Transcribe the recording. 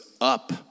up